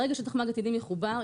ברגע שתחמ"ג עתידים יחובר,